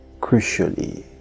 crucially